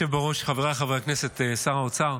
אדוני היושב בראש, חבריי חברי הכנסת, שר האוצר,